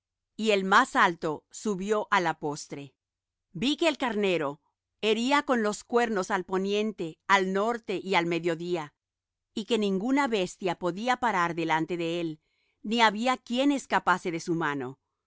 y el más alto subió á la postre vi que el carnero hería con los cuernos al poniente al norte y al mediodía y que ninguna bestia podía parar delante de él ni había quien escapase de su mano